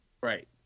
Right